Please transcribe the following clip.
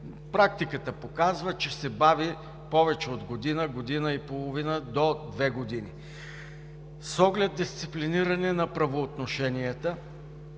практиката показва, че се бави повече от година – година и половина, до две години. С оглед дисциплиниране на правоотношенията